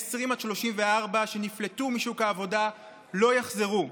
20 עד 34 שנפלטו משוק העבודה לא יחזרו.